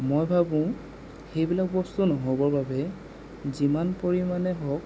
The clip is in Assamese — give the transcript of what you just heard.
মই ভাবোঁ সেইবিলাক বস্তু নহ'বৰ বাবে যিমান পৰিমাণেই হওক